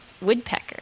woodpecker